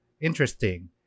interesting